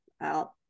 out